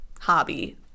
Hobby